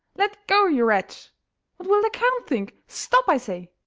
let go, you wretch! what will the count think? stop, i say!